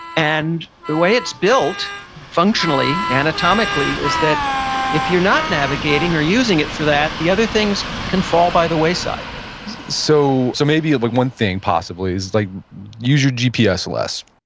and the way it's built functionally anatomically is that if you're not navigating or using it for that, the other things can fall by the wayside so so maybe but one thing possibly is like use your gps less.